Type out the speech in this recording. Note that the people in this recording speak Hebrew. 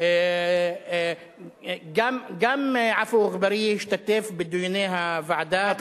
גם עפו אגבאריה השתתף בדיוני הוועדה,